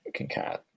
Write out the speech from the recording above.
concat